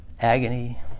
Agony